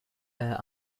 air